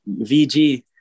VG